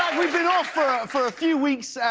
we've been off for ah for a few weeks.